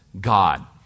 God